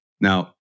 Now